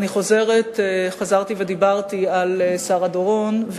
חזרתי ודיברתי על שרה דורון,